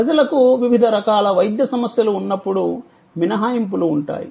ప్రజలకు వివిధ రకాల వైద్య సమస్యలు ఉన్నప్పుడు మినహాయింపులు ఉంటాయి